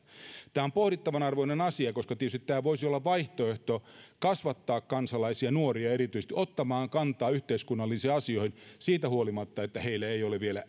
tämä on pohdittavan arvoinen asia koska tietysti tämä voisi olla vaihtoehto kasvattaa kansalaisia nuoria erityisesti ottamaan kantaa yhteiskunnallisiin asioihin siitä huolimatta että heillä ei ole vielä